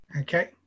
Okay